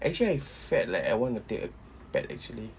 actually I felt like I want to take a pet actually